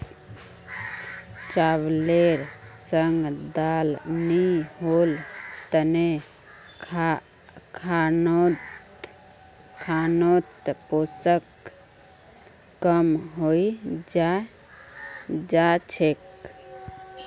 चावलेर संग दाल नी होल तने खानोत पोषण कम हई जा छेक